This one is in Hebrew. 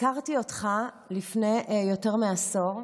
הכרתי אותך לפני יותר מעשור,